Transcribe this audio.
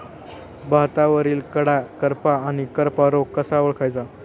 भातावरील कडा करपा आणि करपा रोग कसा ओळखायचा?